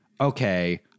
okay